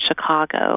Chicago